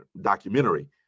documentary